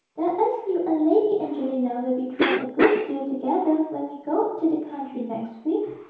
that as you and lady angelina will be thrown a good deal together when we go into the country next week,